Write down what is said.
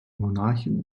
monarchen